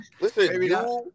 Listen